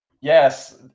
Yes